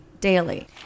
daily